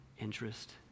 interest